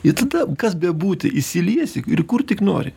ir tada kas bebūti įsiliesi ir kur tik nori